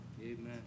Amen